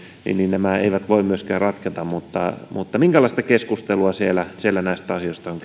nämä eivät voi myöskään ratketa minkälaista keskustelua siellä siellä näistä asioista on